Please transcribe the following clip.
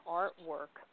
artwork